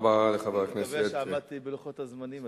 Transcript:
מקווה שעמדתי בלוחות הזמנים.